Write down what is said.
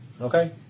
Okay